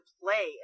play